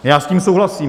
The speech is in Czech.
Já s tím souhlasím.